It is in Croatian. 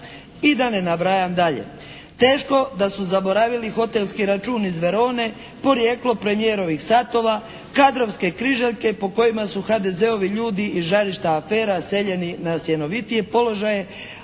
i da ne nabrajam dalje. Teško da su zaboravili hotelski račun iz Verone, porijeklo premijerovih satova, kadrovske križaljke po kojima su HDZ-ovi ljudi iz žarišta afera seljeni na sjenovitije položaje